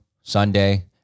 Sunday